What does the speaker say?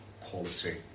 quality